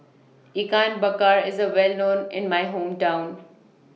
Ikan Bakar IS Well known in My Hometown